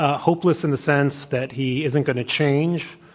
ah hopeless in the sense that he isn't going to change,